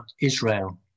Israel